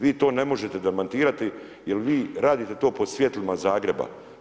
Vi to ne možete demantirati jer vi radite to pod svjetlima Zagreba.